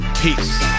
peace